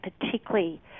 particularly